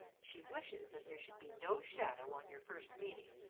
she wishes that there should be no shadow on your first meeting.